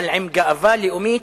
אבל עם גאווה לאומית,